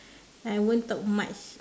I won't talk much